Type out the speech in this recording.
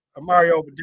Mario